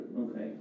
Okay